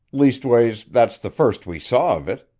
leastways, that's the first we saw of it.